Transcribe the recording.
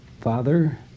Father